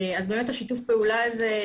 באמת שיתוף הפעולה הזה,